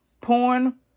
Porn